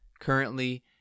currently